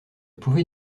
pouvais